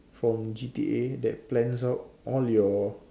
from G_T_A that plans out all your